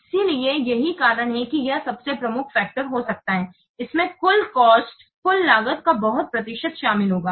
इसलिए यही कारण है कि यह सबसे प्रमुख कारक हो सकता है इसमें कुल लागत का बहुत प्रतिशत शामिल होगा